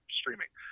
streaming